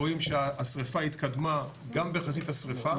רואים שהשריפה התקדמה גם בחזית השריפה